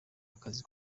akazi